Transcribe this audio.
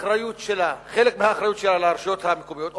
חלק מהאחריות שלה על הרשויות המקומיות,